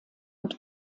und